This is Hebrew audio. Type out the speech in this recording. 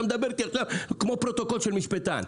אתה מדבר איתי עכשיו כמו פרוטוקול של משפטן.